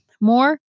more